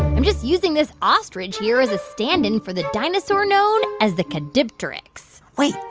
i'm just using this ostrich here as a stand-in for the dinosaur known as the caudipteryx wait,